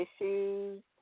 issues